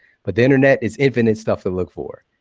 but the internet, it's infinite stuff to look for,